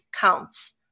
counts